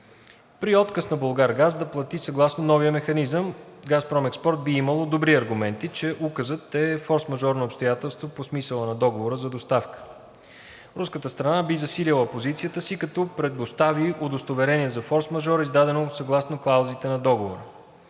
При отказ на „Булгаргаз“ да плати съгласно новия механизъм „Газпром Експорт“ би имало добри аргументи, че Указът е форсмажорно обстоятелство по смисъла на Договора за доставка. Руската страна би засилила позицията си, като предостави удостоверение за форсмажор, издадено съгласно клаузите на Договора.